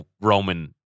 Roman